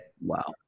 Wow